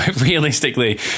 realistically